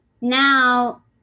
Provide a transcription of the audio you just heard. now